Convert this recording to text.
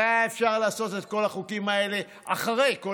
הרי היה אפשר לעשות את כל החוקים האלה אחרי כן,